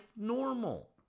normal